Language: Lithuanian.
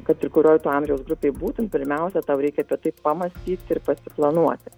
kad ir kurioj tu amžiaus grupėj būtum pirmiausia tau reikia apie tai pamąstyti ir pasiplanuoti